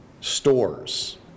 stores